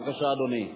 בבקשה, אדוני.